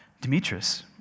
Demetrius